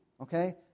Okay